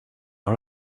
not